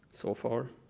so far.